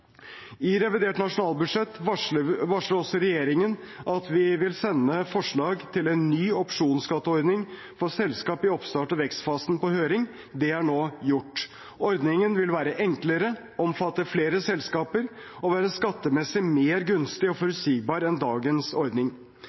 I revidert nasjonalbudsjett varsler også regjeringen at vi vil sende et forslag til en ny opsjonsskatteordning for selskaper i oppstarts- og vekstfasen på høring. Det er nå gjort. Ordningen vil være enklere, omfatte flere selskaper og være skattemessig mer gunstig og forutsigbar enn dagens ordning.